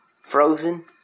Frozen